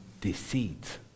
deceit